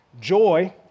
Joy